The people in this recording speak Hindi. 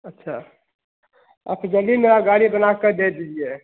अच्छा आप जल्दी मेरी गाड़ी बनाकर दे दीजिए